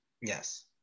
Yes